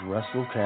Russell